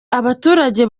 abaturage